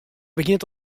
begjint